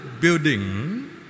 building